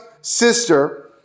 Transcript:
sister